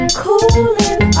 cooling